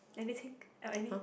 anything or any